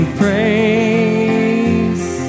praise